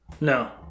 No